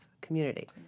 community